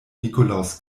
nikolaus